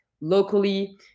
locally